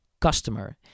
customer